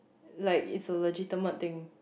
like it's a legitimate thing